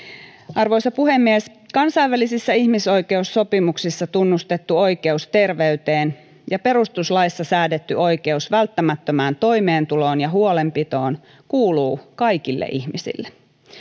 arvoisa puhemies kansainvälisissä ihmisoikeussopimuksissa tunnustettu oikeus terveyteen ja perustuslaissa säädetty oikeus välttämättömään toimeentuloon ja huolenpitoon kuuluu kaikille ihmisille